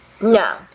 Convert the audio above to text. No